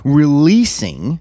releasing